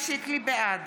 בעד